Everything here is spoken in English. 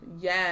Yes